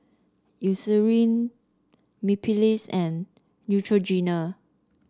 Eucerin Mepilex and Neutrogena